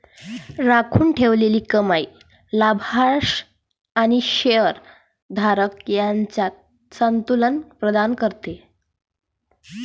राखून ठेवलेली कमाई लाभांश आणि शेअर धारक यांच्यात संतुलन प्रदान करते